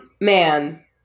man